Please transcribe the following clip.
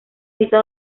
cita